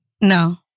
No